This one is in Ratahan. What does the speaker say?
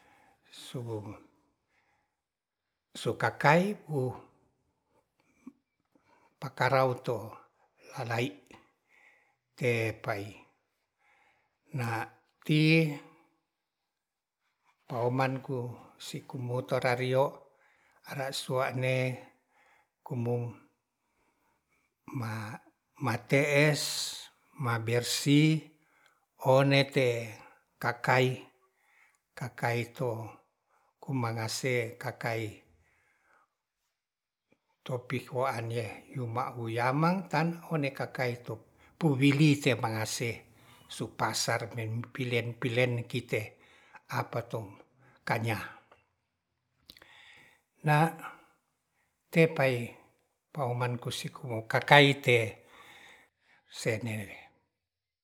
Su sukakai wu pakaro to nai te pai na tii oman ku sikumu torario ara sua'ne kumung ma mate'e mabersih one te kakai kakaito tumangase kakai topik hua'ne yuma huyamang tan one kaka e to puwili se mangase supasar mempilen pilen kite apato kanya na te pai paoman ku siku kakai te sene